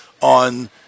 on